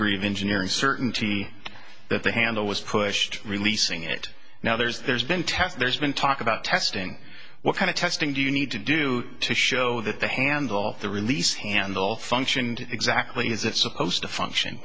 aggrieved engineering certainty that the handle was pushed releasing it now there's been test there's been talk about testing what kind of testing do you need to do to show that the handle the release handle functioned exactly is it supposed to function